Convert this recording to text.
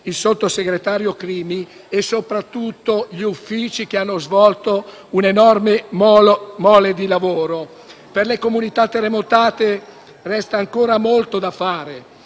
il sottosegretario Crimi e, soprattutto, gli Uffici, che hanno sviluppato un'enorme mole di lavoro. Per le comunità terremotate resta ancora molto da fare,